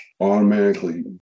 Automatically